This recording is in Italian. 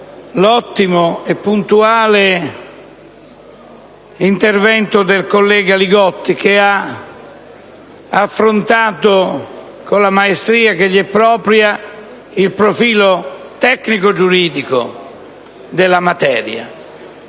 l'ottimo e puntuale intervento svolto dal collega Li Gotti, che ha affrontato, con la maestria che gli è propria, il profilo tecnico-giuridico della materia.